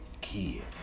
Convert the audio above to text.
kids